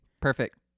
Perfect